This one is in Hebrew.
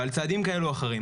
ועל צעדים כאלה או אחרים,